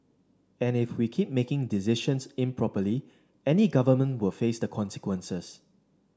and if we keep making decisions improperly any government will face the consequences